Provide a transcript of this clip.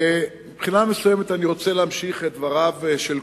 ומבחינה מסוימת אני רוצה להמשיך את דבריו של קודמי,